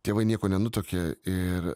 tėvai nieko nenutuokia ir